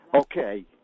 Okay